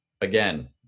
again